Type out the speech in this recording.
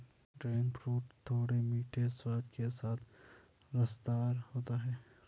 dragon fruit थोड़े मीठे स्वाद के साथ रसदार होता है